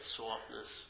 softness